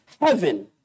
heaven